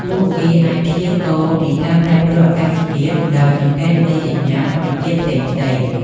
ពួកគេអាចព្យាករណ៍ពីការប្រែប្រួលអាកាសធាតុដោយសង្កេតមើលសញ្ញាធម្មជាតិផ្សេងៗ។